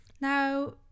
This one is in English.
Now